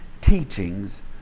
teachings